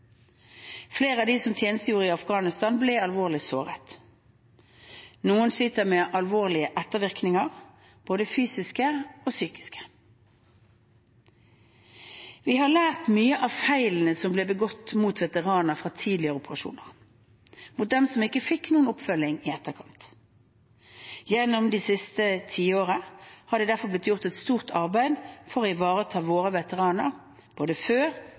Flere av dem som tjenestegjorde i Afghanistan, ble alvorlig såret. Noen sliter med alvorlige ettervirkninger, både fysiske og psykiske. Vi har lært mye av feilene som ble begått mot veteraner fra tidligere operasjoner, mot dem som ikke fikk noen oppfølging i etterkant. Gjennom det siste tiåret har det derfor blitt gjort et stort arbeid for å ivareta våre veteraner både før,